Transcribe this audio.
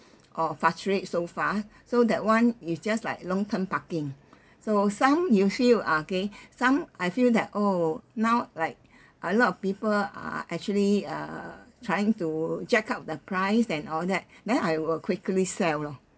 or fluctuate so fast so that one is just like long term parking so some you feel okay some I feel that oh now like a lot of people are actually uh trying to jack up the price and all that then I will quickly sell lor